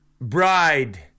bride